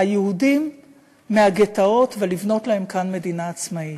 היהודים מהגטאות ולבנות להם כאן מדינה עצמאית.